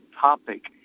topic